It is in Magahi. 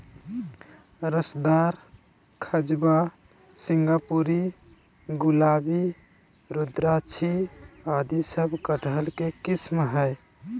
रसदार, खजवा, सिंगापुरी, गुलाबी, रुद्राक्षी आदि सब कटहल के किस्म हय